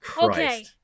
okay